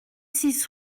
six